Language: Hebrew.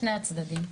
בשני הצדדים.